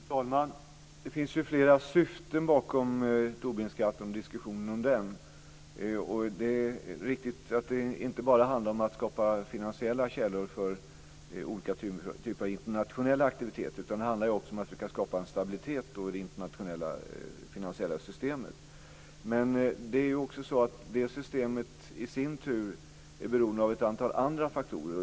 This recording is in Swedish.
Fru talman! Det finns ju flera syften bakom Tobinskatten och diskussionen om den. Det är riktigt att det inte bara handlar om att skapa finansiella källor för olika typer av internationella aktiviteter, utan det handlar också om att skapa en stabilitet i det internationella finansiella systemet. Men det systemet i sin tur är beroende av ett antal andra faktorer.